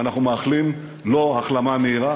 ואנחנו מאחלים לו החלמה מהירה.